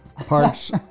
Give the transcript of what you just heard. parts